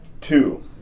Two